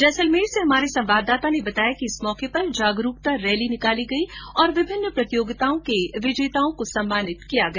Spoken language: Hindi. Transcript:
जैसलमेर से हमारे संवाददाता ने बताया कि इस मौके पर जागरूकता रैली निकाली गई और विभिन्न प्रतियोगिताओं के विजेताओं को सम्मानित किया गया